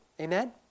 Amen